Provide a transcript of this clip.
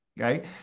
Okay